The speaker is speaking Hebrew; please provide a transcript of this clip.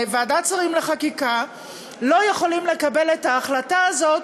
בוועדת השרים לחקיקה לא יכולים לקבל את ההחלטה הזאת,